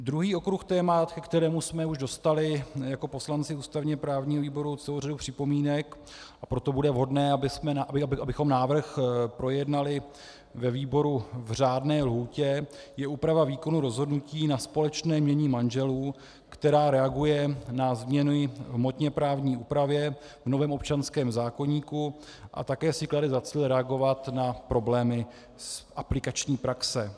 Druhý okruh témat, ke kterému jsme už dostali jako poslanci ústavněprávního výboru celou řadu připomínek, a proto bude vhodné, abychom návrh projednali ve výboru v řádné lhůtě, je úprava výkonu rozhodnutí na společné jmění manželů, která reaguje na změny v hmotněprávní úpravě v novém občanském zákoníku a také si klade za cíl reagovat na problémy z aplikační praxe.